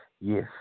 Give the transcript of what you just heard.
Yes